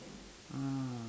ah